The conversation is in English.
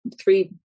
three